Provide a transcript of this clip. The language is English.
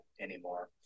anymore